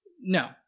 No